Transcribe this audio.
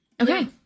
Okay